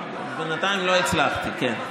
לא הצלחתי.